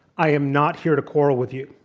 i am not here to quarrel with you.